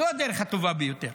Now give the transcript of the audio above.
זו הדרך הטובה ביותר.